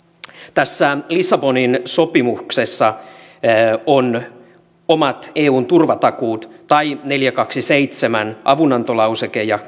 tässä lissabonin sopimuksessa on omat eun turvatakuut artiklat neljäkymmentäkaksi piste seitsemän avunantolauseke ja